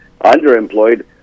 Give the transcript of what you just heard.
underemployed